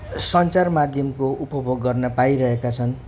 सञ्चार माध्यमको उपभोग गर्न पाइरहेका छन्